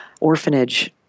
orphanage